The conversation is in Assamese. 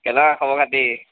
কেনেকুৱা খবৰ খাতি